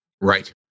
right